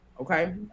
okay